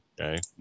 Okay